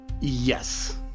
yes